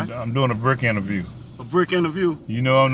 i'm doing a brick interview a brick interview? you know